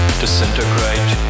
disintegrate